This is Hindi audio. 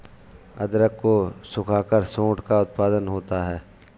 अदरक को सुखाकर सोंठ का उत्पादन होता है